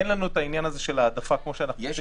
אין לנו את העניין הזה של ההעדפה כמו --- כאלה